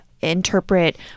interpret